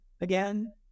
again